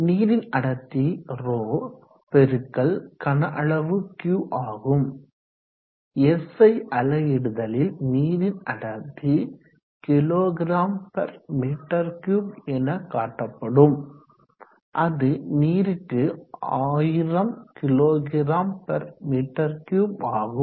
நீரின் அடர்த்தி 𝜌 பெருக்கல் கனஅளவு Q ஆகும் SI அலகிடுதலில் நீரின் அடர்த்தி kgm3 எனக் காட்டப்படும் அது நீருக்கு 1000 kgm3 ஆகும்